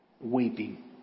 weeping